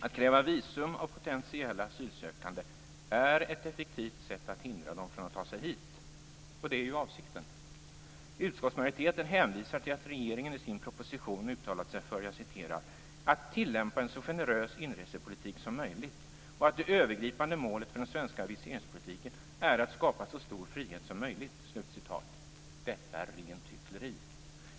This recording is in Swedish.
Att kräva visum av potentiella asylsökande är ett effektivt sätt att hindra dem från att ta sig hit - och det är ju avsikten. Utskottsmajoriteten hänvisar till att regeringen i sin proposition uttalat sig för "att tillämpa en så generös inresepolitik som möjligt" och "att det övergripande målet för den svenska viseringspolitiken är att skapa så stor frihet som möjligt" . Detta är rent hyckleri.